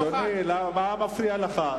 אדוני, מה מפריע לך?